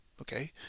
okay